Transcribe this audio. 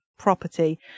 property